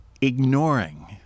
ignoring